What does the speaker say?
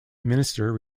minister